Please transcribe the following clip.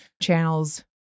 channels